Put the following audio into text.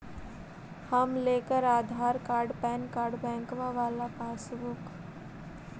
हम लेकर Aadhaar card PAN card बैंकवा वाला पासबुक?